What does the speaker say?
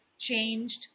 changed